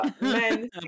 men